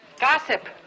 Gossip